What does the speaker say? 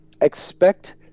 expect